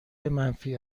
منفی